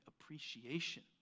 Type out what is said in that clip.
appreciation